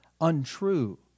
untrue